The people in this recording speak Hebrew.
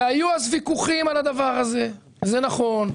והיו אז ויכוחים על הדבר הזה, זה נכון.